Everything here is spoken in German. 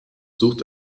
sucht